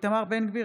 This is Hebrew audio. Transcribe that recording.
איתמר בן גביר,